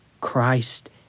Christ